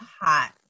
hot